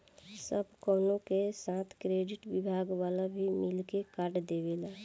सब कवनो के साथ क्रेडिट विभाग वाला भी मिल के कार्ड देवेला